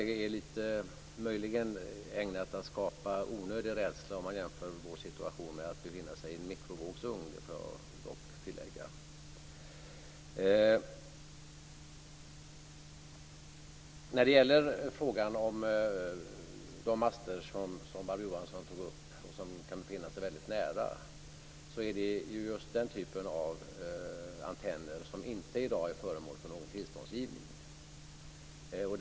Jag får dock tillägga att man skapar onödig rädsla om man jämför vår situation med att vi skulle befinna oss i en mikrovågsugn. Barbro Johansson tog upp frågan om de master som man kan befinna sig väldigt nära. Den typen av antenner är inte i dag föremål för någon tillståndsgivning.